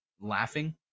laughing